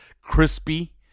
crispy